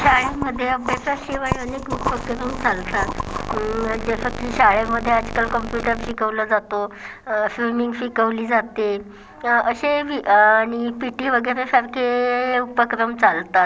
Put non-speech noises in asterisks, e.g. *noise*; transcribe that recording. शाळेमध्ये अभ्यासाशिवाय अनेक उपक्रम चालतात जसं की शाळेमध्ये आजकाल कॉम्प्युटर शिकवला जातो स्विमिंग शिकवली जाते तर असे *unintelligible* आणि पी टी वगैरेसारखे उपक्रम चालतात